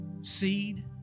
Seed